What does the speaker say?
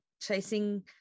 chasing